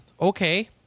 okay